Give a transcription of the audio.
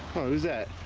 who's that